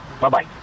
Bye-bye